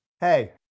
Hey